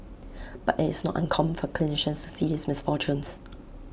but IT is not uncommon for clinicians to see these misfortunes